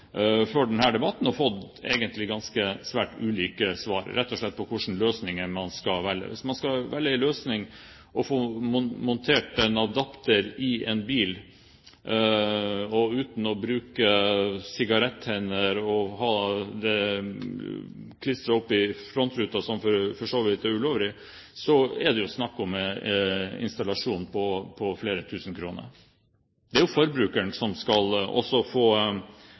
debatten og fått svært ulike svar på hvilke løsninger man skal velge. Hvis man skal velge en løsning med å få montert en adapter i en bil uten å bruke sigarettenner og uten å ha den klistret opp i frontruten, som for så vidt er ulovlig, er det snakk om en installasjon på flere tusen kroner. Det er forbrukeren som skal få den regningen også,